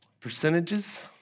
percentages